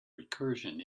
recursion